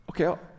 okay